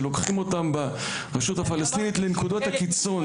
שלוקחים אותם ברשות הפלסטינית לנקודות הקיצון.